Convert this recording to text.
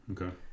Okay